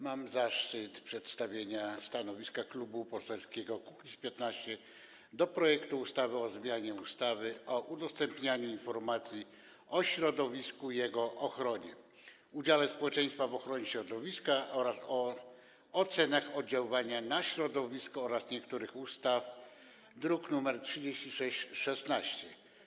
Mam zaszczyt przedstawić stanowisko Klubu Poselskiego Kukiz’15 dotyczące projektu ustawy o zmianie ustawy o udostępnianiu informacji o środowisku i jego ochronie, udziale społeczeństwa w ochronie środowiska oraz o ocenach oddziaływania na środowisko oraz niektórych innych ustaw, druk nr 3616.